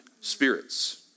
spirits